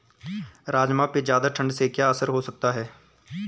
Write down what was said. राजमा पे ज़्यादा ठण्ड से क्या असर हो सकता है?